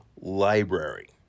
library